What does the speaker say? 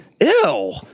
Ew